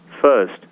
First